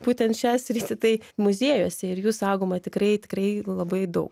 būtent šią sritį tai muziejuose ir jų saugoma tikrai tikrai labai daug